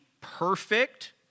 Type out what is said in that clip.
perfect